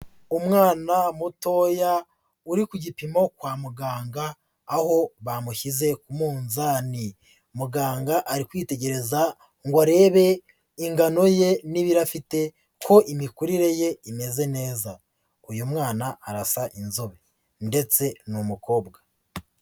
Umwana mutoya uri ku gipimo kwa muganga, aho bamushyize ku munzani. Muganga ari kwitegereza ngo arebe ingano ye n'ibiro afite ko imikurire ye imeze neza. Uyu mwana arasa inzobe ndetse ni umukobwa.